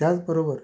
त्याच बरोबर